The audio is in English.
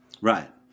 right